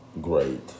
Great